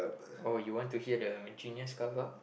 oh you want to hear the genius cover up